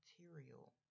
material